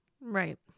Right